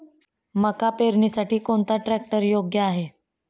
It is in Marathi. मका पेरणीसाठी कोणता ट्रॅक्टर योग्य आहे?